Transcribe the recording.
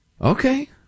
Okay